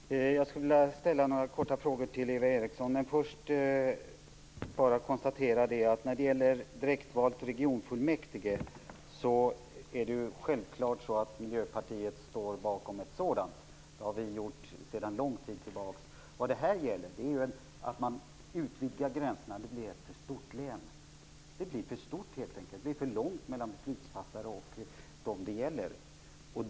Herr talman! Jag skulle vilja ställa några korta frågor till Eva Eriksson, men först vill jag bara konstatera att Miljöpartiet självklart står bakom direktval till regionfullmäktige. Det har vi gjort sedan lång tid tillbaka. Vad det här gäller, är ju att man utvidgar gränserna. Det blir ett för stort län. Det blir för stort, helt enkelt. Det blir för långt mellan beslutsfattarna och dem de gäller.